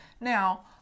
now